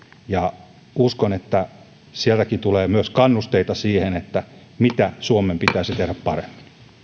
ja uskon että sieltäkin tulee myös kannusteita siihen mitä suomen pitäisi tehdä paremmin